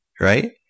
right